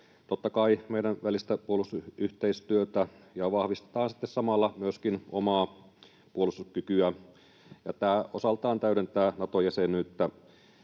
totta kai meidän välistä puolustusyhteistyötä ja vahvistaa sitten samalla myöskin omaa puolustuskykyä. Tämä osaltaan täydentää Nato-jäsenyyttä.